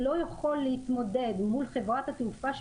שלא יכול להתמודד מול חברת התעופה,